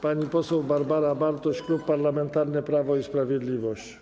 Pani poseł Barbara Bartuś, Klub Parlamentarny Prawo i Sprawiedliwość.